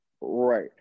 Right